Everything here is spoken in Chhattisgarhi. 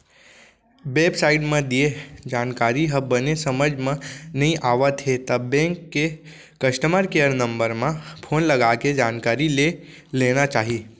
बेब साइट म दिये जानकारी ह बने समझ म नइ आवत हे त बेंक के कस्टमर केयर नंबर म फोन लगाके जानकारी ले लेना चाही